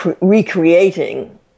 recreating